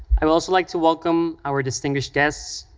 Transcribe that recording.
i would also like to welcome our distinguished guests,